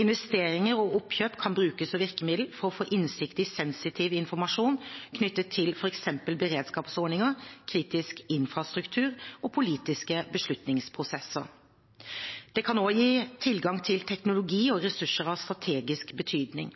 Investeringer og oppkjøp kan brukes som virkemiddel for å få innsikt i sensitiv informasjon knyttet til f.eks. beredskapsordninger, kritisk infrastruktur og politiske beslutningsprosesser. Det kan også gi tilgang til teknologi og ressurser av strategisk betydning.